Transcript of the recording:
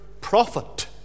prophet